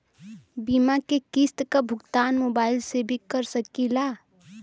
बीमा के किस्त क भुगतान मोबाइल से भी कर सकी ला?